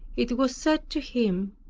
it was said to him,